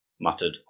muttered